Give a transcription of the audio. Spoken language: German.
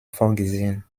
vorgesehen